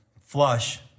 flush